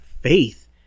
faith